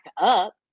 up